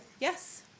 Yes